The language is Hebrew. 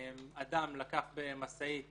אדם לקח במשאית